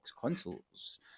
consoles